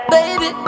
Baby